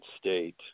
state